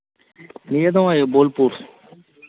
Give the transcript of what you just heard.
ᱱᱤᱭᱟᱹ ᱫᱚ ᱱᱚᱜᱼᱚᱭ ᱵᱳᱞᱯᱩᱨ